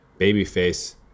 Babyface